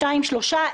2.3%,